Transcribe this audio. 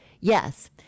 Yes